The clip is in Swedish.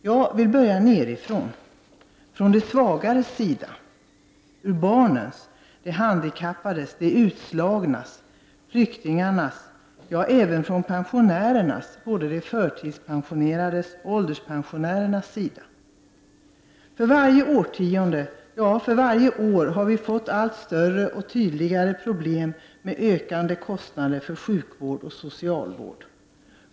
Jag vill börja nerifrån, från de svagares sida, från barnens, de handikappades, de utslagnas, flyktingarnas och även pensionärernas — både de förtidspensionerades och ålderspensionärernas — sida. För varje årtionde, ja, för varje år har vi fått allt större och tydligare problem med ökande kostnader för sjukvård och socialvård.